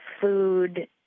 food